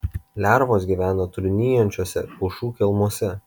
lervos gyvena trūnijančiuose pušų kelmuose